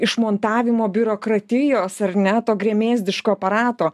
išmontavimo biurokratijos ar ne to gremėzdiško aparato